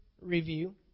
review